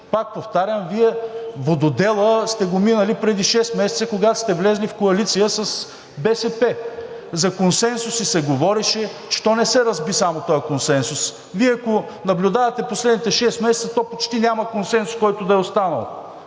Пак повтарям, Вие вододелът сте го минали преди шест месеца, когато сте влезли в коалиция с БСП. За консенсуси се говореше… Че то не се разби само този консенсус. Вие, ако наблюдавате в последните шест месеца, то почти няма консенсус, който да е останал.